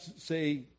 say